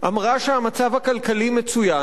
אמרה שהמצב הכלכלי מצוין,